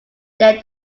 there